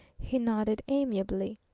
he nodded amiably.